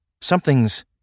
something's